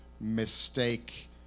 mistake